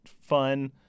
fun